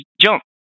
jump